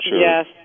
Yes